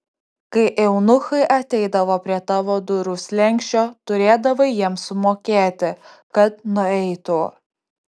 kai eunuchai ateidavo prie tavo durų slenksčio turėdavai jiems sumokėti kad nueitų